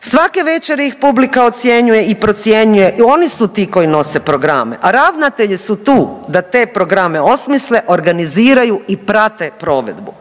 Svake večeri iz publika ocjenjuje i procjenjuje i oni su ti koji nose programe, a ravnatelji su tu da te programe osmisle, organiziraju i prate provedbu.